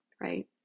right